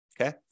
okay